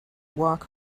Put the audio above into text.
walk